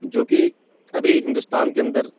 جو کہ ابھی ہندوستان کے اندر